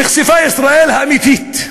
נחשפה ישראל האמיתית,